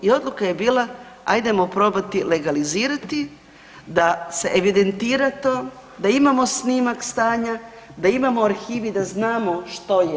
I odluka je bila ajdemo probati legalizirati da se evidentira to, da imamo snimak stanja, da imamo u arhivi da znamo što je.